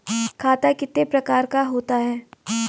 खाता कितने प्रकार का होता है?